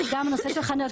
גם נושא של חניות,